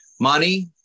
Money